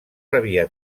rebia